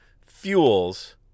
fuels